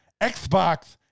Xbox